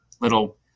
little –